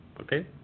Okay